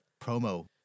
promo